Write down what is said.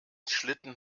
schlitten